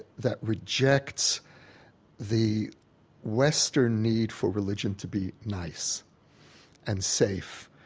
that rejects the western need for religion to be nice and safe.